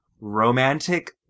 romantic